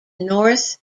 north